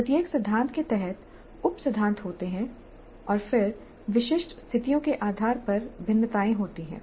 प्रत्येक सिद्धांत के तहत उप सिद्धांत होते हैं और फिर विशिष्ट स्थितियों के आधार पर भिन्नताएं होती हैं